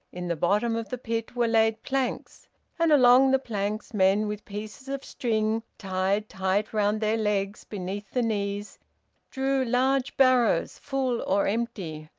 in the bottom of the pit were laid planks and along the planks men with pieces of string tied tight round their legs beneath the knees drew large barrows full or empty,